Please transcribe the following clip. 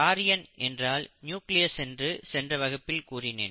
காரியன் என்றால் நியூக்ளியஸ் என்று சென்ற வகுப்பில் கூறினேன்